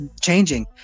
changing